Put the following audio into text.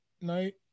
night